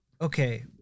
Okay